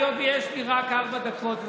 היות שיש לי רק ארבע דקות,